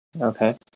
Okay